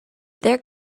there